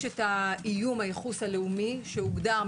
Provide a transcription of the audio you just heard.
יש את איום הייחוס הלאומי שהוגדר.